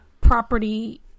property